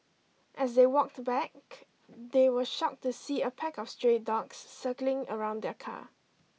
as they walked back they were shocked to see a pack of stray dogs circling around their car